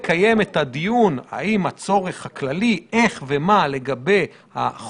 לפי החלטת ממשלה מס' 4950 מיום ו' בניסן התש"ף (31 במרס 2020),